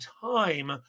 time